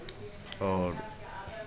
आओर